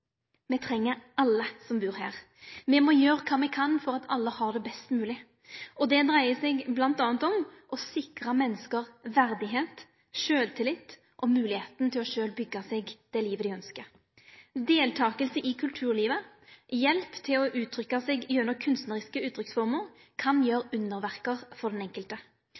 me som samfunn treng alle som bur her. Me må gjere det me kan for at alle har det best mogleg. Det dreier seg bl.a. om å sikre menneske verdigheit, sjølvtillit og moglegheit til sjølv å byggje seg det livet dei ønskjer. Deltaking i kulturlivet og hjelp til å uttrykke seg gjennom kunstneriske uttrykksformer kan gjere underverk for den enkelte.